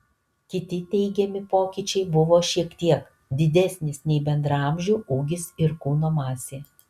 kiti teigiami pokyčiai buvo šiek tiek didesnis nei bendraamžių ūgis ir kūno masė